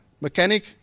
mechanic